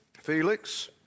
Felix